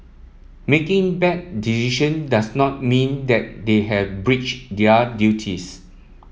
making bad decision does not mean that they have breached their duties